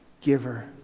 giver